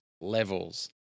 levels